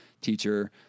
teacher